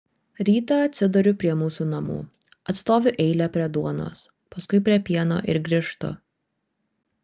rytą atsiduriu prie mūsų namų atstoviu eilę prie duonos paskui prie pieno ir grįžtu